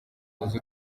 uze